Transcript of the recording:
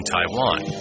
Taiwan